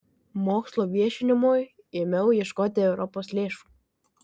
mokslo viešinimui ėmiau ieškoti europos lėšų